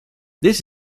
this